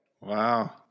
Wow